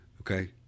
Okay